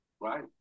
right